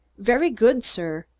very good, sir.